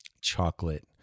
chocolate